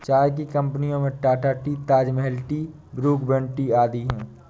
चाय की कंपनियों में Tata tea, Taj Mahal tea, Brooke Bond tea आदि है